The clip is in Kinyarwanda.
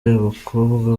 abakobwa